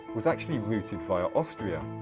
was actually routed via austria.